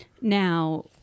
Now